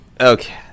Okay